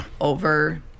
over